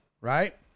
right